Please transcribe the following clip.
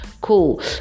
Cool